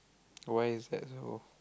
why is that so